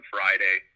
Friday